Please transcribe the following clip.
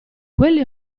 quello